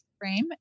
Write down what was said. frame